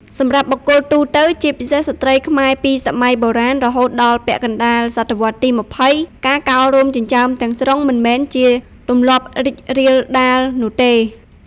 សម្រាប់បុគ្គលទូទៅ ជាពិសេសស្ត្រីខ្មែរពីសម័យបុរាណរហូតដល់ពាក់កណ្តាលសតវត្សទី២០ ការកោររោមចិញ្ចើមទាំងស្រុងមិនមែនជាទម្លាប់រីករាលដាលនោះទេ។